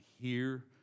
hear